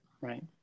Right